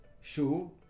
Show